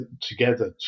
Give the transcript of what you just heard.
together